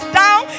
down